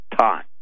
time